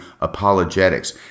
apologetics